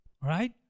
right